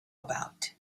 about